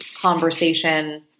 conversation